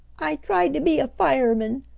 i tried to be a fireman!